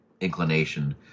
inclination